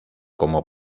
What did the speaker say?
como